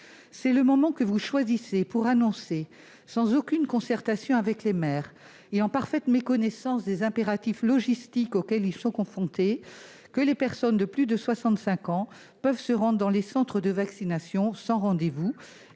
C'est le moment que vous avez choisi pour annoncer, sans aucune concertation avec les maires et en parfaite méconnaissance des impératifs logistiques auxquels ils sont confrontés, que les personnes âgées de plus de 65 ans pouvaient se rendre dans les centres de vaccination sans rendez-vous,